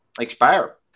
expire